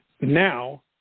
now